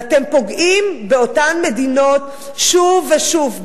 ואתם פוגעים באותן מדינות שוב ושוב,